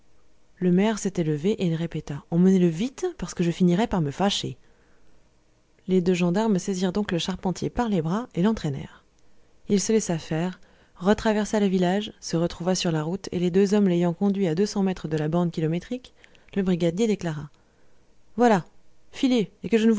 le maire s'était levé et il répéta emmenez-le vite parce que je finirais par me fâcher les deux gendarmes saisirent donc le charpentier par les bras et l'entraînèrent il se laissa faire retraversa le village se retrouva sur la route et les hommes l'ayant conduit à deux cents mètres de la borne kilométrique le brigadier déclara voilà filez et que je